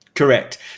Correct